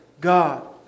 God